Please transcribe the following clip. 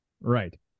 right